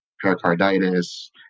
pericarditis